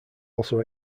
also